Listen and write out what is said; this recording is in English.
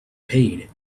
paid